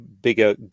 bigger